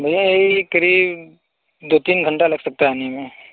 भैया ये ही क़रीब दो तीन घंटा लग सकता है आने में